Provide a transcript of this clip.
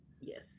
Yes